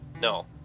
No